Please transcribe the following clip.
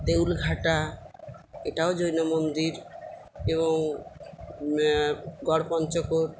দেউলঘাটা এটাও জৈন মন্দির এবং গড়পঞ্চকোট